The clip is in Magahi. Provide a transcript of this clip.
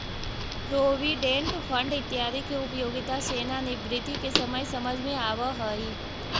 प्रोविडेंट फंड इत्यादि के उपयोगिता सेवानिवृत्ति के समय समझ में आवऽ हई